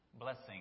blessing